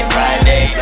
Friday